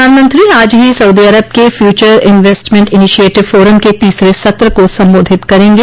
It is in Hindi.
प्रधानमंत्री आज ही सऊदी अरब के फ्यूचर इन्वेस्टमेंट इनिशिएटिव फोरम के तीसरे सत्र को संबोधित करेंगे